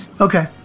Okay